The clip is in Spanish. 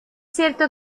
cierto